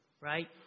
right